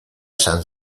san